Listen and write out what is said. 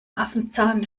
affenzahn